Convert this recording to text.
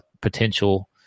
potential